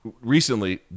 recently